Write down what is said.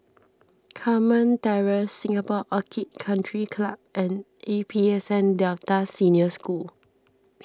Carmen Terrace Singapore Orchid Country Club and A P S N Delta Senior School